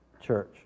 church